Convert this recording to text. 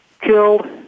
killed